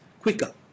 quicker